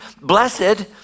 blessed